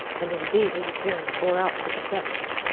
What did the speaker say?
and indeed his appearance bore out the deception.